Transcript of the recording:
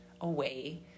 away